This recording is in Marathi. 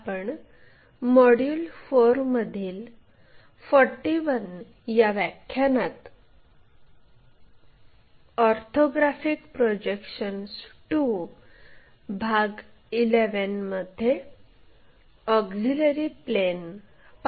आपण मॉड्यूल 4 मधील 41 व्या व्याख्यानात ऑर्थोग्राफिक प्रोजेक्शन्स II भाग 11 मध्ये ऑक्झिलिअरी प्लेन पाहणार आहोत